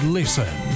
listen